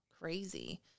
crazy